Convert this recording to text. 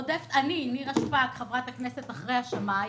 אני חברת הכנסת נירה שפק רודפת